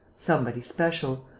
somebody special,